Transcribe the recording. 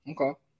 Okay